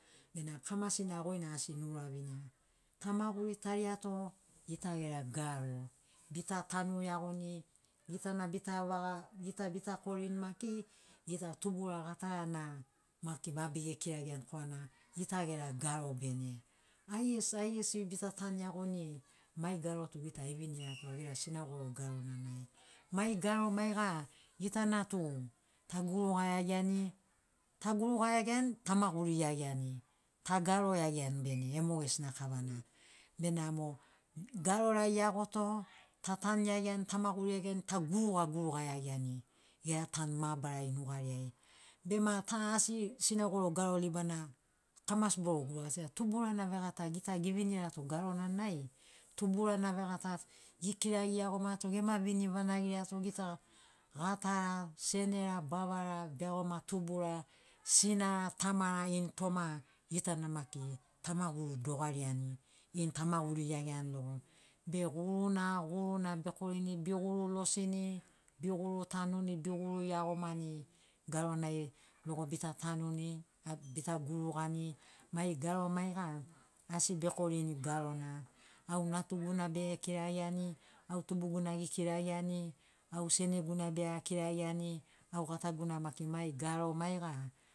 Bena kamasina goina asi nouravinia tamaguritariato gita gera garo bita tanu iagoni gitana bita vaga gita bita korini maki gita tubura gatarana maki ma bege kirariani korana gita gera garo bene aigesi aigesi bita tanu iagoni mai garo tu gita gevinirato gera sinaugoro garona nei mai garo maiga gitana tu tagurugaiaiani tagurugaiaiani tamaguriaiani tagaroiaiani e mogesina kavana benamo garorai eagoto ta tanuiaigiani tamaguriiaigiani tagurugagurugaiaiagiani gera tanu mabarari nugariai bema ta asi sinaugoro garo libana kamasi boro guruga senagi tuburana vegata gita gevinirato garona nai tuburana vegata gekirari iagomato gema vini vanagirato gita gatara senera bavara beagoma tubura sinara tamara ini toma gitana maki tamaguru dogariani ini tamaguri iagiani logo be guruna guruna bekorini beguru losini beguru tanuni beguru iagomani garonai logo bita tanuni bita gurugani mai garo maiga asi bekorini garona au natuguna bege kirari iani au tubuguna ekirari iani au seneguna bea kirari iani au gataguna maki mai garo maiga